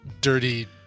dirty